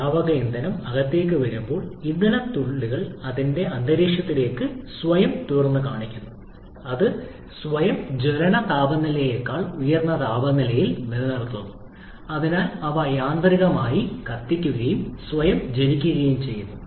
ദ്രാവക ഇന്ധനം അകത്തേക്ക് വരുമ്പോൾ ഇന്ധനത്തുള്ളികൾ അതിന്റെ അന്തരീക്ഷത്തിലേക്ക് സ്വയം തുറന്നുകാണിക്കുന്നു അത് സ്വയം ജ്വലന താപനിലയേക്കാൾ ഉയർന്ന താപനിലയിൽ നിലനിർത്തുന്നു അതിനാൽ അവ യാന്ത്രികമായി കത്തിക്കുകയും സ്വയം ജ്വലിക്കുകയും ചെയ്യുന്നു